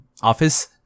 office